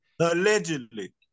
Allegedly